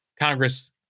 Congress